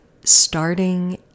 Starting